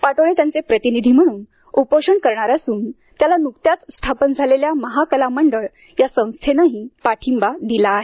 पाटोळे त्यांचे प्रतिनिधी म्हणून उपोषण करणार असून त्याला न्कत्याच स्थापन झालेल्या महाकला मंडळ या संस्थेनेही पाठिंबा दिला आहे